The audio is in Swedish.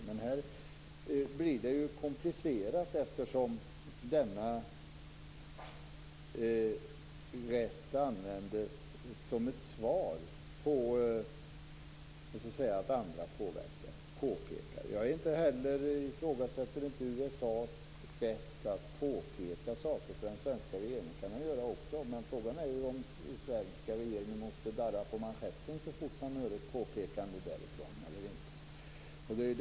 Men här blir det ju komplicerat eftersom denna rätt används som ett svar på andras påpekanden. Jag ifrågasätter inte heller USA:s rätt att påpeka saker för den svenska regeringen, men frågan är om den svenska regeringen måste darra på manschetten så fort det görs ett påpekande därifrån.